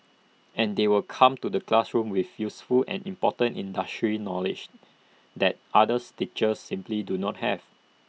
and they will come to the classroom with useful and important industry knowledge that others teachers simply do not have